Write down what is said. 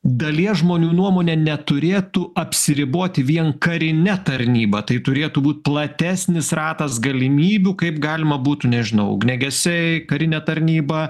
dalies žmonių nuomone neturėtų apsiriboti vien karine tarnyba tai turėtų būt platesnis ratas galimybių kaip galima būtų nežinau ugniagesiai karinė tarnyba